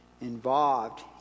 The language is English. Involved